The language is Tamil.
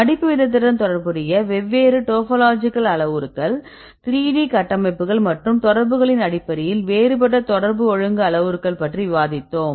மடிப்பு வீதத்துடன் தொடர்புடைய வெவ்வேறு டோபோலாஜிக்கல் அளவுருக்கள் 3D கட்டமைப்புகள் மற்றும் தொடர்புகளின் அடிப்படையில் வேறுபட்ட தொடர்பு ஒழுங்கு அளவுருக்கள் பற்றி விவாதித்தோம்